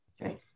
Okay